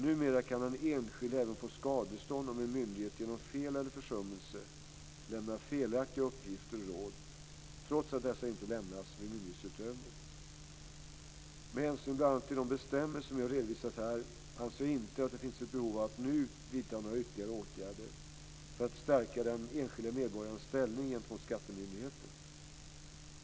Numera kan den enskilde även få skadestånd om en myndighet genom fel eller försummelse lämnar felaktiga uppgifter och råd, trots att dessa inte lämnas vid myndighetsutövning. Med hänsyn bl.a. till de bestämmelser som jag redovisat här anser jag inte att det finns behov av att nu vidta några ytterligare åtgärder för att stärka den enskilde medborgarens ställning gentemot skattemyndigheten.